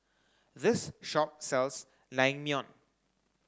this shop sells Naengmyeon